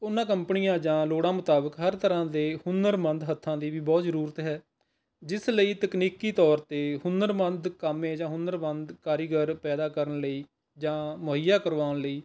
ਉਹਨਾਂ ਕੰਪਨੀਆਂ ਜਾਂ ਲੋੜਾਂ ਮੁਤਾਬਿਕ ਹਰ ਤਰ੍ਹਾਂ ਦੇ ਹੁਨਰਮੰਦ ਹੱਥਾਂ ਦੀ ਵੀ ਬਹੁਤ ਜ਼ਰੂਰਤ ਹੈ ਜਿਸ ਲਈ ਤਕਨੀਕੀ ਤੌਰ 'ਤੇ ਹੁਨਰਮੰਦ ਕਾਮੇ ਜਾਂ ਹੁਨਰਮੰਦ ਕਾਰੀਗਰ ਪੈਦਾ ਕਰਨ ਲਈ ਜਾਂ ਮੁਹੱਈਆ ਕਰਵਾਉਣ ਲਈ